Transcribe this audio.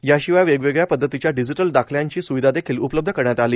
याशिवाय वेगवेगळ्या पद्धतीच्या डिजिटल दाखल्यांची स्विधादेखील उपलब्ध करण्यात आली